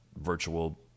virtual